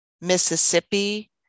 Mississippi